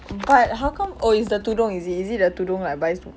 but how come oh it's the tudung is it is it the tudung like buy us~ to~